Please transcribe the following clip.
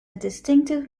distinctive